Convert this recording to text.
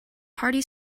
hearty